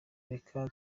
reka